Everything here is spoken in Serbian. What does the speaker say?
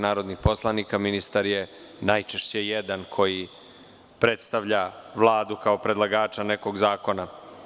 Narodnih poslanika je 250, ministar je najčešće jedan, koji predstavlja Vladu kao predlagača nekog zakona.